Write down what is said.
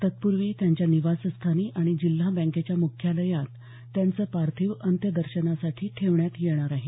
तत्पूर्वी त्यांच्या निवासस्थानी आणि जिल्हा बँकेच्या म्ख्यालयात त्यांचं पार्थिव अंत्यदर्शनासाठी ठेवण्यात येणार आहे